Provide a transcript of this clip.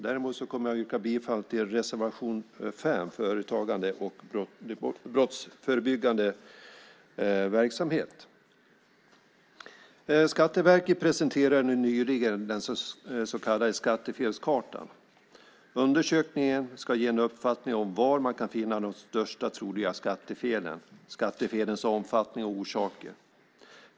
Däremot kommer jag att yrka bifall till reservation 5, företagande och brottsförebyggande verksamhet. Skatteverket presenterade nyligen den så kallade skattefelskartan. Undersökningen ska ge en uppfattning om var man kan finna de största troliga skattefelen och skattefelens omfattning och orsaker.